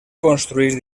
construir